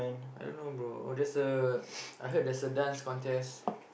I don't know bro there's a I heard there's a Dance Contest